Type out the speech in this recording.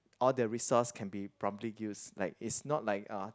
all the resource can be promptly used like it's not like uh